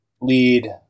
lead